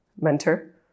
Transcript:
mentor